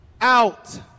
out